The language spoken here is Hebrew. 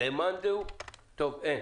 אין.